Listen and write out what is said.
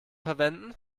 verwenden